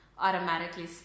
automatically